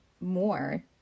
more